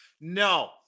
No